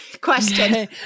question